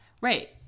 right